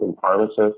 pharmacists